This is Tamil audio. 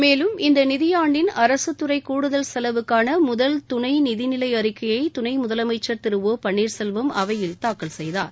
மேலும் இந்த நிதியாண்டின் அரசுத்துறை கூடுதல் செலவுக்கான முதல் துணை நிதிநிலை அறிக்கையை துணை முதலமைச்ச் திரு ஒ பன்னீர்செல்வம் அவையில் தாக்கல் செய்தார்